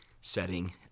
setting